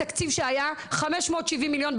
התקציב שהיה 570 מיליון,